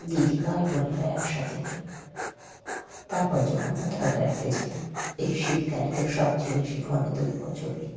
দিদি ভাই বোনেরা একসাথে হই তারপর যখন কোথাও বেড়াতে যাই এই শীতকালে তো সবচেয়ে বেশি ফোনে তুলব ছবি